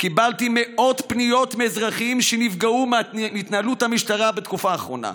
קיבלתי מאות פניות מאזרחים שנפגעו מהתנהלות המשטרה בתקופה האחרונה.